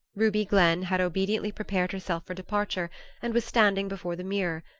ruby glenn had obediently prepared herself for departure and was standing before the mirror,